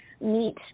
meet